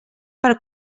per